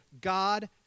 God